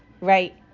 right